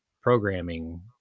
programming